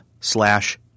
slash